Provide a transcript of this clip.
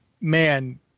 man